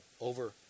over